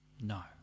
No